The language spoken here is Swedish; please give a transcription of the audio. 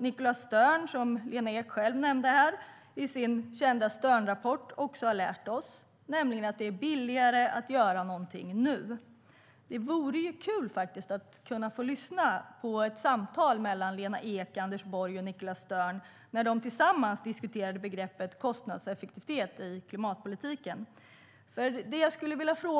Nicholas Stern, som Lena Ek nämnde här, har i sin kända Sternrapport också lärt oss att det är billigare att göra något nu. Det vore kul att få lyssna på ett samtal mellan Lena Ek, Anders Borg och Nicholas Stern när de tillsammans diskuterar begreppet kostnadseffektivitet i klimatpolitiken.